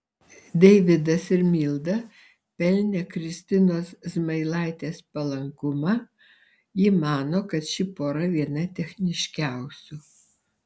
deividas ir milda pelnė kristinos zmailaitės palankumą ji mano kad ši pora viena techniškiausių